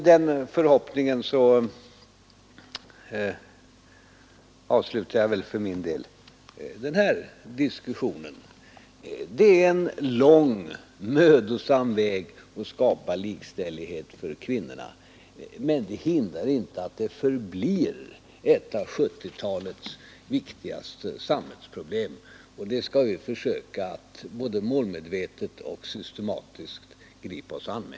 Man har en lång, mödosam väg att gå om man vill skapa likställighet för kvinnorna, men det hindrar inte att det förblir en av 1970-talets viktigaste samhällsuppgifter, och den skall vi försöka att både målmedvetet och systematiskt gripa oss an med.